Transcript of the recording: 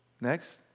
Next